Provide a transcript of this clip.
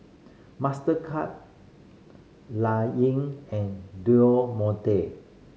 Mastercard Yi and Monte